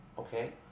Okay